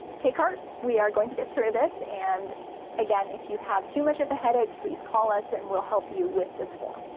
take heart, we are going to get through this and again, you have too much of a headache please call us and we'll help you with this form.